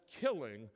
killing